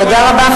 תודה רבה,